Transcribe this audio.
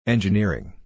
Engineering